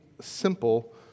simple